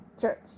church